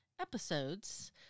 episodes